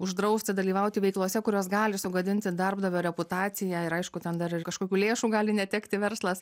uždrausti dalyvauti veiklose kurios gali sugadinti darbdavio reputaciją ir aišku ten dar ir kažkokių lėšų gali netekti verslas